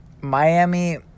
miami